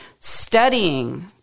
studying